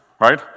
right